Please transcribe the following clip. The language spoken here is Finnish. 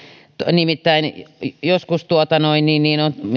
nimittäin joskus on